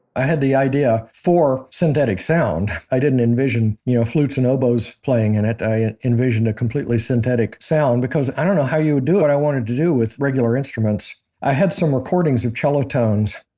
i had the idea for synthetic sound. i didn't envision you know flutes and oboes playing in it. i envisioned a completely synthetic sound because i don't know how you would do what i wanted to do with regular instruments i had some recordings of cello tones.